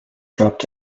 dropped